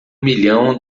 milhão